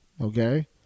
okay